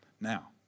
Now